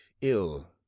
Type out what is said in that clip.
ill